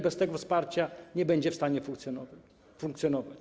Bez tego wsparcia nie będzie w stanie funkcjonować.